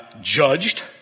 judged